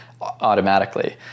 automatically